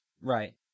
Right